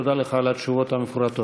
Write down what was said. תודה לך על התשובות המפורטות.